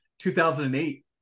2008